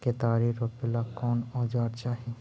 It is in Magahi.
केतारी रोपेला कौन औजर चाही?